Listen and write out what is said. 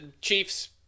Chiefs